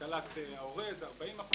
השכלת ההורה זה 40%,